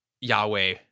Yahweh